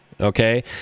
Okay